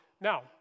Now